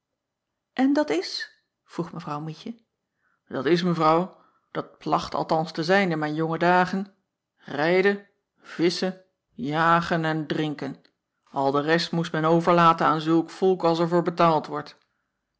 n dat is vroeg evrouw ietje at is evrouw dat placht althans te zijn in mijn jonge dagen rijden visschen jagen en drinken l de rest moest men overlaten aan zulk volk als er voor betaald wordt